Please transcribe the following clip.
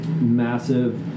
massive